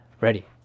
Ready